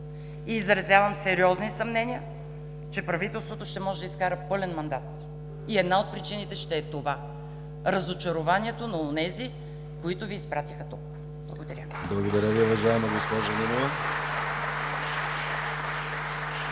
Изразявам сериозни съмнения, че правителството ще може да изкара пълен мандат. Една от причините ще е това – разочарованието на онези, които Ви изпратиха тук. Благодаря. (Ръкопляскания от „БСП